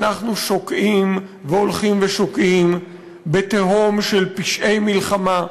אנחנו שוקעים והולכים ושוקעים בתהום של פשעי מלחמה.